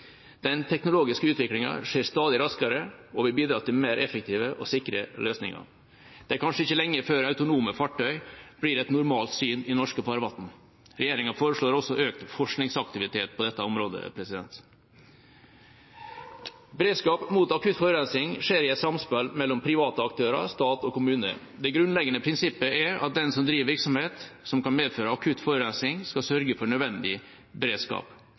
Den teknologiske utviklingen skjer stadig raskere og vil bidra til mer effektive og sikre løsninger. Det er kanskje ikke lenge før autonome fartøy blir et normalt syn i norske farvann. Regjeringa foreslår også økt forskningsaktivitet på dette området. Beredskap mot akutt forurensning skjer i et samspill mellom private aktører, stat og kommune. Det grunnleggende prinsippet er at den som driver virksomhet som kan medføre akutt forurensning, skal sørge for nødvendig beredskap.